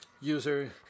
user